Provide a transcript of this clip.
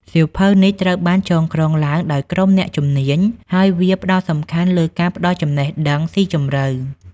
សៀវភៅនេះត្រូវបានចងក្រងឡើងដោយក្រុមអ្នកជំនាញ ហើយវាផ្ដោតសំខាន់លើការផ្ដល់ចំណេះដឹងស៊ីជម្រៅ។